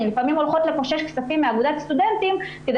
לפעמים הן הולכות לקושש כספים מאגודת הסטודנטים כדי